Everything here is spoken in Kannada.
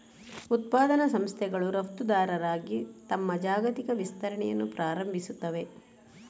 ಉತ್ಪಾದನಾ ಸಂಸ್ಥೆಗಳು ರಫ್ತುದಾರರಾಗಿ ತಮ್ಮ ಜಾಗತಿಕ ವಿಸ್ತರಣೆಯನ್ನು ಪ್ರಾರಂಭಿಸುತ್ತವೆ